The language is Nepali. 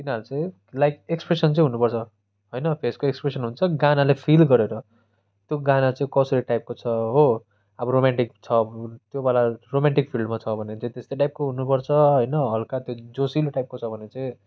तिनीहरू चाहिँ लाइक एक्सप्रेसन चाहिँ हुनुपर्छ होइन फेसको एक्सप्रेसन हुन्छ गानालाई फिल गरेर त्यो गाना चाहिँ कसरी टाइपको छ हो अब रोमेन्टिक छ त्यो वाला रोमेन्टिक फिल्डमा छ भने चाहिँ त्यस्तै टाइपको हुनुपर्छ होइन हल्का त्यो जोसिलो टाइपको छ भने चाहिँ